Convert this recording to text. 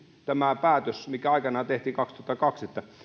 tämä päätös mikä aikanaan tehtiin kaksituhattakaksi osoittaa vain sen että